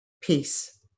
Peace